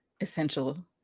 essential